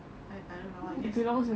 I I don't know I